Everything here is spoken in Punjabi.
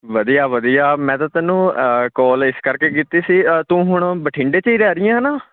ਵਧੀਆ ਵਧੀਆ ਮੈਂ ਤਾਂ ਤੈਨੂੰ ਕੋਲ ਇਸ ਕਰਕੇ ਕੀਤੀ ਸੀ ਅ ਤੂੰ ਹੁਣ ਬਠਿੰਡੇ 'ਚ ਹੀ ਰਹਿ ਰਹੀ ਹੈ ਨਾ